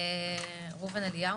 ראובן אליהו,